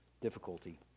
difficulty